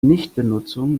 nichtbenutzung